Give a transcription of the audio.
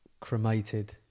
cremated